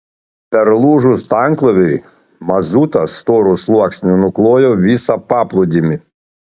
perlūžus tanklaiviui mazutas storu sluoksniu nuklojo visą paplūdimį